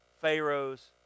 Pharaoh's